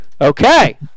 Okay